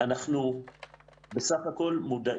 אני יכול לומר